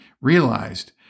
realized